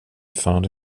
found